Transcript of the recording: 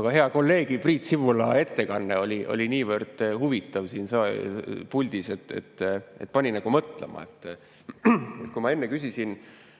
aga hea kolleegi Priit Sibula ettekanne oli niivõrd huvitav siin puldis, et pani nagu mõtlema. Kui ma enne küsisin